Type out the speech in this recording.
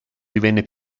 divenne